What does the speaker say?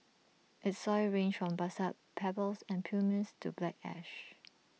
its soils range from basalt pebbles and pumice to black ash